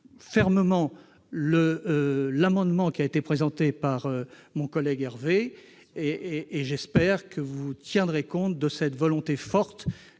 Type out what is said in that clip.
fermement l'amendement qui a été présenté par mon collègue Loïc Hervé. J'espère que vous tiendrez compte de la forte